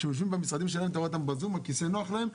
כשהם יושבים במשרדים שלהם אתה רואה אותם בזום הכסא נוח להם,